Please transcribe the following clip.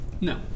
no